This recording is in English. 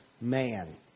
man